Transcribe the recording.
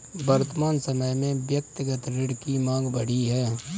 वर्तमान समय में व्यक्तिगत ऋण की माँग बढ़ी है